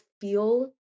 feel